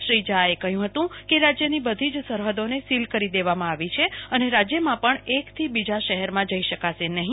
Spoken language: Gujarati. શ્રી જાએ કહ્યુ હતું કે રાજ્યની બધી જ સરહદોને સીલ કરી દેવામાં આવી છે અને રાજયમાં પણ એકબીજા શહેરમાં જઈ શકાશે નહી